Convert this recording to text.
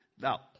Now